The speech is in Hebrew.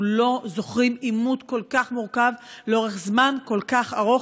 אנחנו לא זוכרים עימות כל כך מורכב לאורך זמן כל כך ארוך.